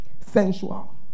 sensual